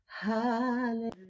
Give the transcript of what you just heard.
Hallelujah